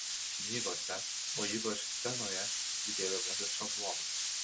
knygose o ypač scenoje griebiamasi šablono